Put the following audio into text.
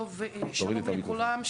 שלום לכולם,